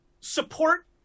support